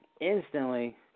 Instantly